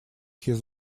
his